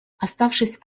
оставшись